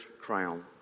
crown